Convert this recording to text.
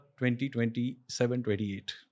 2027-28